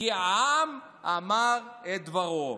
כי העם אמר את דברו.